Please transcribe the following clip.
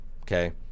okay